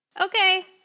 Okay